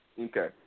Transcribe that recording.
Okay